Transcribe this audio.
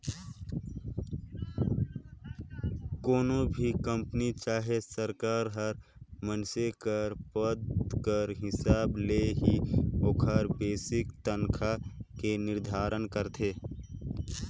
कोनो भी कंपनी चहे सरकार हर मइनसे कर पद कर हिसाब ले ही ओकर बेसिक तनखा के निरधारन करथे